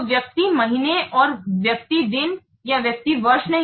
तो व्यक्ति महीने और व्यक्ति दिन या व्यक्ति वर्ष नहीं